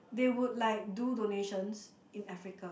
they would like do donations in Africa